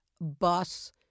bus